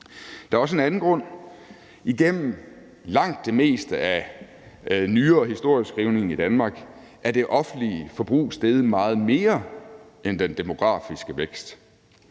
Der er også en anden grund. Igennem langt det meste af nyere historieskrivning i Danmark er det offentlige forbrug steget meget mere end den demografiske vækst.